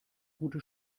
gute